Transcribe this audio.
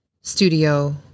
studio